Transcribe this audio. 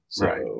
Right